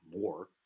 more